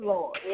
Lord